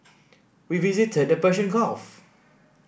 we visited the Persian Gulf